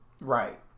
Right